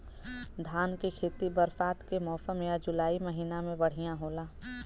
धान के खेती बरसात के मौसम या जुलाई महीना में बढ़ियां होला?